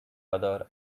other